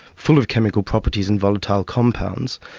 full of chemical properties and volatile compounds.